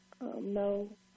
No